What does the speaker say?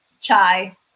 chai